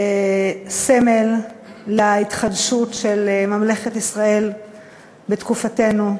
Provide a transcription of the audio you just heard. סמל להתחדשות של ממלכת ישראל בתקופתנו,